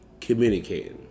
communicating